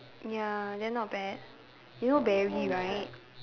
ya then not bad you know Barry right